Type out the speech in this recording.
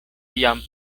jam